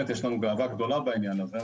יש לנו גאווה גדולה בעניין הזה,